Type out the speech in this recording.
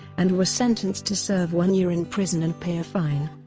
and were sentenced to serve one year in prison and pay a fine.